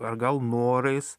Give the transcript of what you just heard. ar gal norais